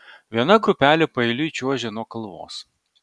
viena grupelė paeiliui čiuožė nuo kalvos